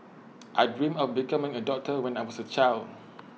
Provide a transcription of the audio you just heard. I dreamt of becoming A doctor when I was A child